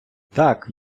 так